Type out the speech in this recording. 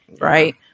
right